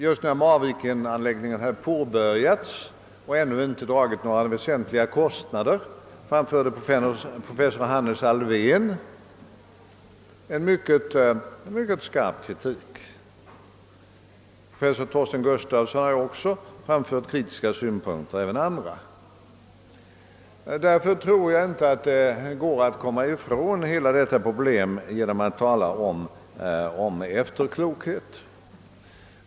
Just när Marvikenanläggningen hade påbörjats och ännu inte dragit några väsentligare kostnader riktade professor Hannes Alfvén en mycket skarp kritik mot Prospektet. även professor Torsten Gus tafson och andra har anfört kritiska synpunkter. Därför tror jag inte att det går att komma ifrån detta problem genom att tala om »efterklokhet».